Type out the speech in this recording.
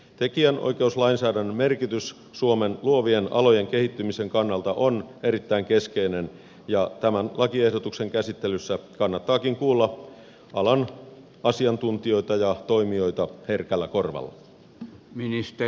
tekijänoikeuslainsäädännön merkitys suomen luovien alojen kehittymisen kannalta on erittäin keskeinen ja tämän lakiehdotuksen käsittelyssä kannattaakin kuulla alan asiantuntijoita ja toimijoita herkällä korvalla